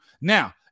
Now